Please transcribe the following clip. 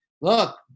look